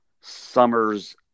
summers